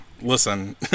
Listen